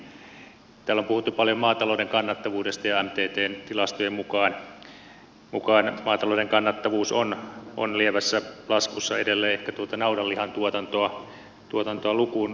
täällä on puhuttu paljon maatalouden kannattavuudesta ja mttn tilastojen mukaan maatalouden kannattavuus on lievässä laskussa edelleen ehkä tuota naudanlihan tuotantoa lukuun ottamatta